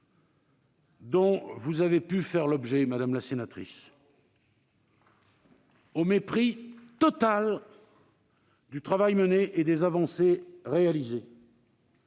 dont vous avez pu faire l'objet, madame la sénatrice, au mépris total du travail conduit et des avancées réalisées.